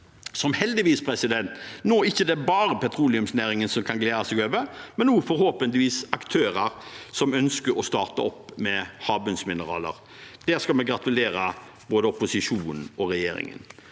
nå heldigvis ikke bare er petroleumsnæringen som kan glede seg over, men forhåpentligvis også aktører som ønsker å starte opp med havbunnsmineraler. Der skal vi gratulere både opposisjonen og regjeringen.